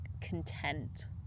content